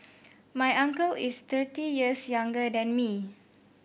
my uncle is thirty years younger than me